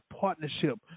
partnership